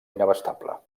inabastable